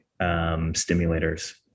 stimulators